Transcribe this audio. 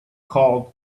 called